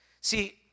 See